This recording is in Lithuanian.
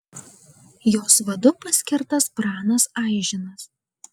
jos vadu paskirtas pranas aižinas